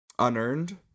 unearned